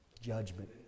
Judgment